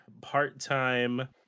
part-time